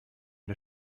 der